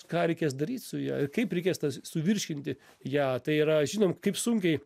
ką reikės daryt su ja ir kaip reikės tą suvirškinti ją tai yra žinom kaip sunkiai